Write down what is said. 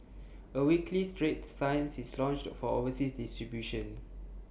A weekly straits times is launched for overseas distribution